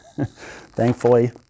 thankfully